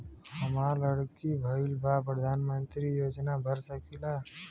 हमार लड़की भईल बा प्रधानमंत्री योजना भर सकीला?